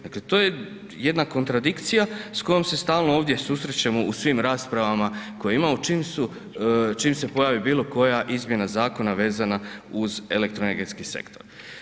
Dakle to je jedna kontradikcija s kojom se stalno ovdje susrećemo u svim raspravama koje imamo čim se pojavi bilo koja izmjena zakona vezana uz elektroenergetski sektor.